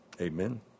Amen